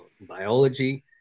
biology